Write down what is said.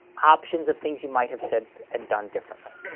options of things you might have said and done differently.